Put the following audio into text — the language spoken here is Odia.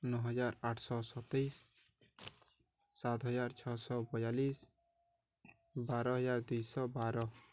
ନଅହଜାର ଆଠଶହ ସତେଇଶି ସାତହଜାର ଛଅଶହ ବୟାଲିଶି ବାରହଜାର ଦୁଇଶହ ବାର